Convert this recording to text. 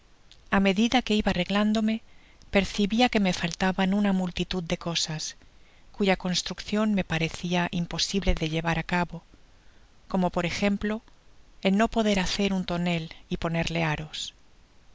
a medida que iba arreglándome percibia que me faltaban una multitud de cosas cuya construccion me pa recia imposible de llevar á cabo como por ejemplo el no poder hacer un tonel y ponerle aros